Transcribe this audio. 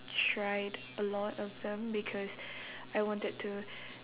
tried a lot of them because I wanted to